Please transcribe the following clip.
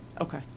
Okay